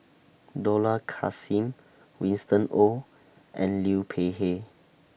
Dollah Kassim Winston Oh and Liu Peihe